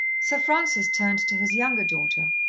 sir francis turned to his younger daughter,